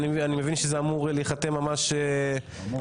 אני מבין שזה אמור להיחתם ממש בקרוב,